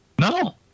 No